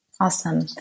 Awesome